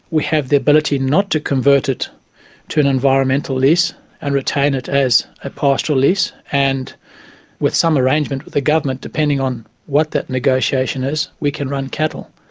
we have the ability not to convert it to an environmental lease and retain it as a pastoral lease. and with some arrangement with the government, depending on what that negotiation is, we can run cattle.